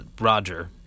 Roger